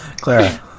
Clara